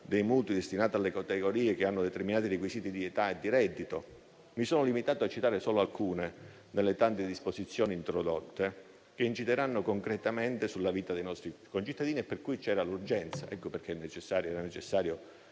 dei mutui destinati alle categorie che hanno determinati requisiti di età e di reddito. Mi sono limitato a citare solo alcune delle tante disposizioni introdotte, che incideranno concretamente sulla vita dei nostri concittadini e per cui c'era l'urgenza; ecco perché era necessario